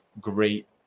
great